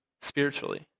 spiritually